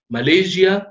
Malaysia